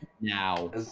now